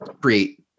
create